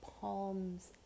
palms